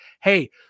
Hey